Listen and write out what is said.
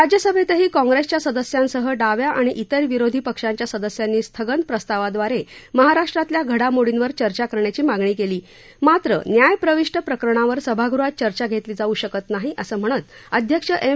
राज्यसभेतही काँग्रेसच्या सदस्यांसह डाव्या आणि तिर विरोधी पक्षांच्या सदस्यांनी स्थगन प्रस्तावाद्वारे महाराष्ट्रातल्या घडामोडींवर चर्चा करण्याची मागणी केली मात्र न्यायप्रविष्ट प्रकरणावर सभागृहात चर्चा घेतली जाऊ शकत नाही असं म्हणत अध्यक्ष एम